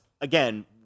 again